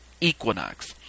equinox